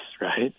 right